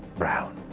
brown.